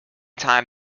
time